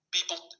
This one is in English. People